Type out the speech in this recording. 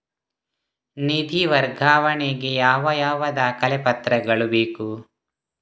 ನಿಧಿ ವರ್ಗಾವಣೆ ಗೆ ಯಾವ ಯಾವ ದಾಖಲೆ ಪತ್ರಗಳು ಬೇಕು?